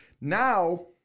now